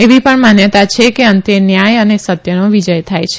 એવી પણ માન્યતા છે કે અંતે ન્યાય અને સત્યનો વિજય થાય છે